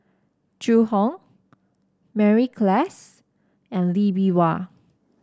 Zhu Hong Mary Klass and Lee Bee Wah